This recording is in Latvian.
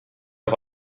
jau